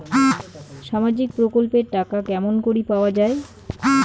সামাজিক প্রকল্পের টাকা কেমন করি পাওয়া যায়?